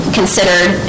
considered